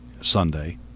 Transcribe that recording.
Sunday